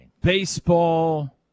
Baseball